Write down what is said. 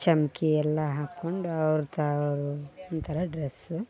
ಚಮಕಿಯೆಲ್ಲ ಹಾಕ್ಕೊಂಡು ಅವ್ರದವ್ರದ್ದು ಒಂಥರ ಡ್ರೆಸ್